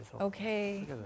Okay